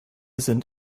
sind